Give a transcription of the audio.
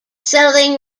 selling